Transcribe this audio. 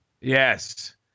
Yes